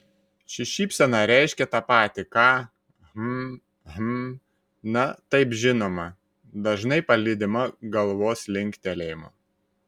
ši šypsena reiškia tą patį ką hm hm na taip žinoma dažnai palydima galvos linktelėjimu